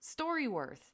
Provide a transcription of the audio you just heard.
StoryWorth